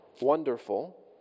wonderful